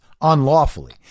unlawfully